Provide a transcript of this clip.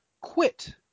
quit